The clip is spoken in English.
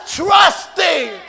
trusting